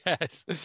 Yes